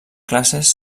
classes